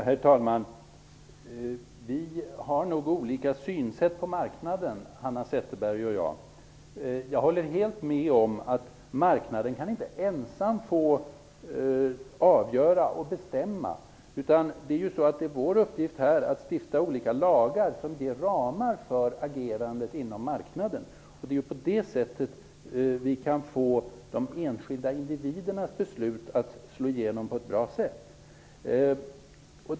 Herr talman! Vi har nog olika synsätt på marknaden, Hanna Zetterberg och jag. Jag håller helt med om att marknaden inte ensam kan få avgöra och bestämma. Det är vår uppgift här att stifta olika lagar som ger ramar för agerandet inom marknaden. Det är på det sättet vi kan få de enskilda individernas beslut att slå igenom på ett bra sätt.